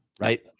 right